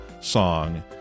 song